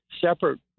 separate